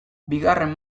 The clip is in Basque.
bigarren